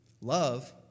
Love